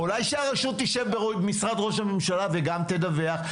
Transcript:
אולי שהרשות תשב במשרד ראש הממשלה וגם תדווח?